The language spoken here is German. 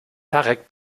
tarek